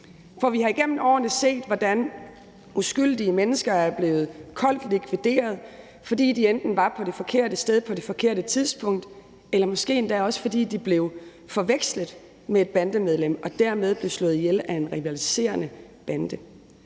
Vi har igennem årene set, hvordan uskyldige mennesker er blevet koldt likvideret, fordi de var på det forkerte sted på det forkerte tidspunkt, eller måske fordi de blev forvekslet med et bandemedlem og dermed blev slået ihjel af en rivaliserende bande.